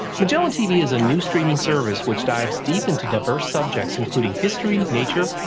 magellantv is a new streaming service which dives deep into diverse subjects including history, nature,